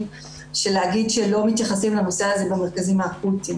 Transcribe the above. שלהגיד שלא מתייחסים לנושא הזה במרכזים האקוטיים